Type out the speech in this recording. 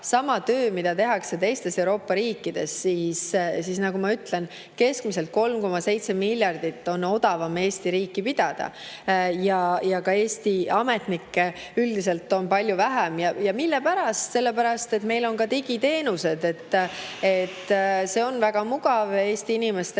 sama töö, mida tehakse teistes Euroopa riikides, siis ma ütlen, et keskmiselt 3,7 miljardi võrra odavam on Eesti riiki pidada. Eesti ametnikke üldiselt on palju vähem. Mille pärast? Sellepärast, et meil on digiteenused. See on väga mugav ja Eesti inimestele